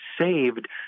saved